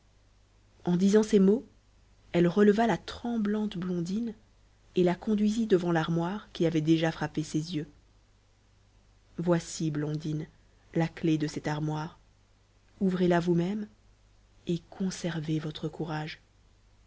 en disant ces mots elle releva la tremblante blondine et la conduisit devant l'armoire qui avait déjà frappé ses yeux voici blondine la clef de cette armoire ouvrez-la vous-même et conservez votre courage